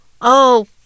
Oh